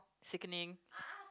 sickening